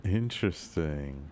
interesting